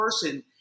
person